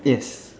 yes